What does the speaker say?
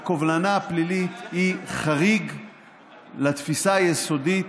הקובלנה הפלילית היא חריג לתפיסה היסודית